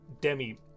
Demi